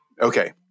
Okay